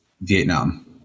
Vietnam